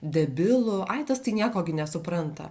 debilu ai tas tai nieko gi nesupranta